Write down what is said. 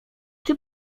czy